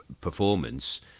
performance